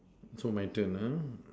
so my turn uh